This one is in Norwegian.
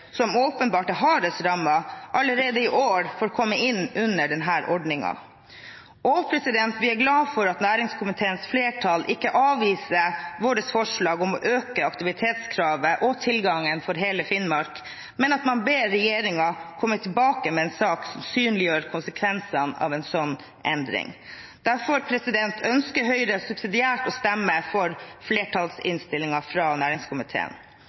som åpenbart er hardest rammet, allerede i år får komme inn under denne ordningen. Vi er også glade for at næringskomiteens flertall ikke avviser vårt forslag om å øke aktivitetskravet og tilgangen for hele Finnmark, men at man ber regjeringen komme tilbake med en sak som synliggjør konsekvensene av en slik endring. Derfor ønsker Høyre subsidiært å stemme for flertallsinnstillingen fra næringskomiteen.